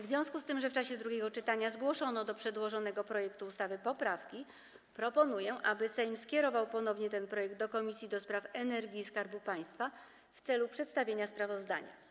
W związku z tym, że w czasie drugiego czytania zgłoszono do przedłożonego projektu ustawy poprawki, proponuję, aby Sejm skierował ponownie ten projekt do Komisji do Spraw Energii i Skarbu Państwa w celu przedstawienia sprawozdania.